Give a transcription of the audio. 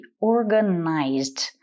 organized